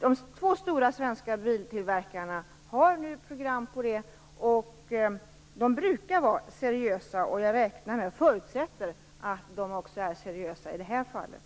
De två stora svenska biltillverkarna har nu ett program för det här. De brukar vara seriösa, så jag förutsätter att de är seriösa också i det här fallet.